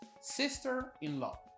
Sister-in-law